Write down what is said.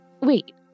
Wait